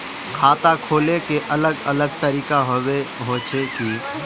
खाता खोले के अलग अलग तरीका होबे होचे की?